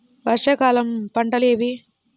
వర్షాకాలం పంటలు ఏవి?